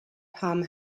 palm